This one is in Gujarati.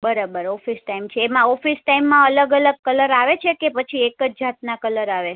બરાબર ઓફિસ ટાઈમ છે એમાં ઓફિસ ટાઈમમાં અલગ અલગ કલર આવે છે કે પછી એક જ જાતના કલર આવે